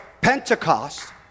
Pentecost